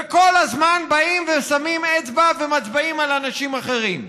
וכל הזמן באים ושמים אצבע ומצביעים על אנשים אחרים.